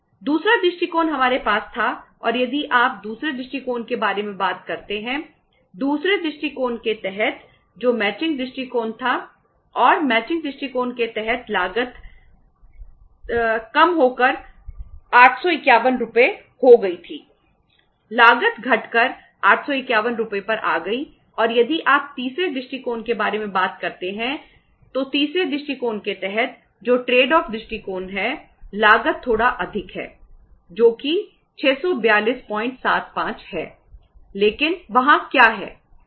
दूसरा दृष्टिकोण हमारे पास था और यदि आप दूसरे दृष्टिकोण के बारे में बात करते हैं दूसरे दृष्टिकोण के तहत जो मैचिंग दृष्टिकोण है लागत थोड़ा अधिक है जो कि 64275 है लेकिन वहां क्या है